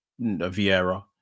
Vieira